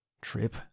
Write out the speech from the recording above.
trip